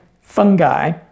fungi